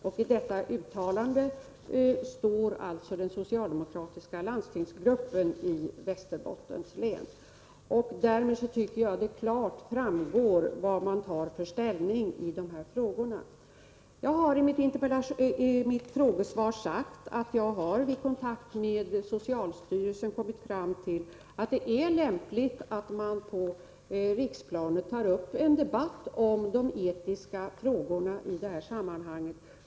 Bakom detta uttalande står alltså den socialdemokratiska landstingsgruppen i Västerbottens län. Därmed tycker jag att det klart framgår vilken ställning som man intar i dessa frågor. Jag har i mitt frågesvar sagt att jag vid kontakt med socialstyrelsen har kommit fram till att det är lämpligt att på riksplanet ta upp en debatt om de etiska frågorna i det här sammanhanget.